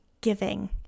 giving